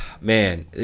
man